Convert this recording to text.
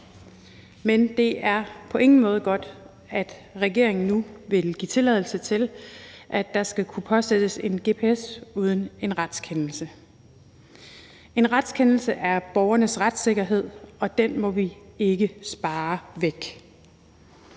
Men det er på ingen måde godt, at regeringen nu vil give tilladelse til, at der skal kunne påsættes en gps uden retskendelse. En retskendelse er borgernes retssikkerhed, og den må vi ikke spare væk.